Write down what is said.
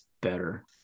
better